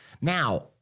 Now